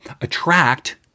attract